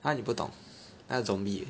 !huh! 你不懂那个 zombie 的